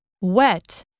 wet